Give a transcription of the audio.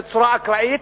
בצורה אקראית,